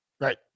Right